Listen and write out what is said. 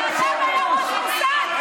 ככה לדבר לראש מוסד?